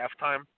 halftime